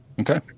Okay